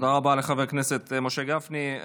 תודה רבה לחבר הכנסת משה גפני.